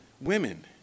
women